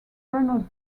pale